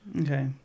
Okay